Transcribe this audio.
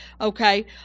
Okay